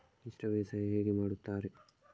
ಮಿಶ್ರ ಬೇಸಾಯ ಹೇಗೆ ಮಾಡುತ್ತಾರೆ?